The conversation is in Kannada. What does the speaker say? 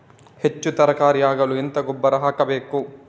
ಹೆಚ್ಚು ತರಕಾರಿ ಆಗಲು ಎಂತ ಗೊಬ್ಬರ ಹಾಕಬೇಕು?